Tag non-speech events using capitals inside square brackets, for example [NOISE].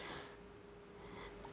[BREATH]